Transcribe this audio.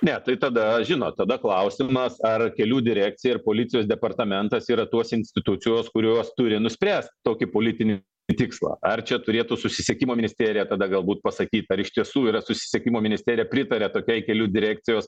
ne tai tada žinot tada klausimas ar kelių direkcija ir policijos departamentas yra tos institucijos kurios turi nuspręs tokį politinį tikslą ar čia turėtų susisiekimo ministerija tada galbūt pasakyt ar iš tiesų yra susisiekimo ministerija pritaria tokiai kelių direkcijos